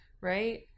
Right